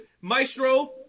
maestro